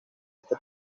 este